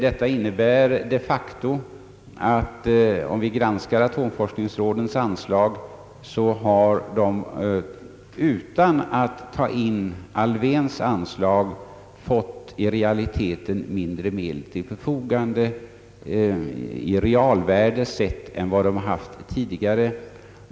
Detta innebär de facto att om vi granskar atomforskningsrådens anslag finner vi att råden utan att ta med Alfvéns anslag har fått mindre medel till förfogande i realvärde sett än vad de hade tidigare.